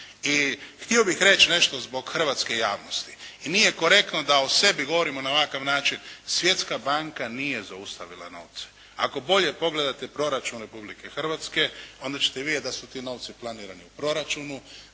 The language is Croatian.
I htio bih reći nešto zbog hrvatske javnosti i nije korektno da o sebi govorimo na ovakav način. Svjetska banka nije zaustavila novce. Ako bolje pogledate proračun Republike Hrvatske onda ćete vidjeti da su ti novci planirani u proračunu,